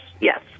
Yes